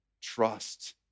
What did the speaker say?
trust